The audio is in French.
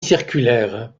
circulaire